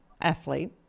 athlete